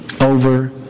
over